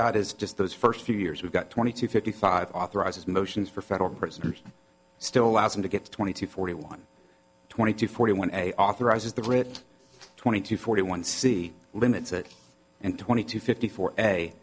got is just those first few years we've got twenty two fifty five authorizes motions for federal prison still allows him to get to twenty to forty one twenty two forty one a authorizes the writ twenty two forty one c limits and twenty two fifty for a